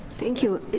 thank you.